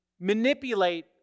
manipulate